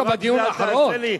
רק זה אל תעשה לי,